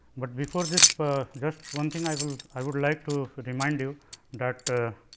but before this just one thing i will i would like to remind you that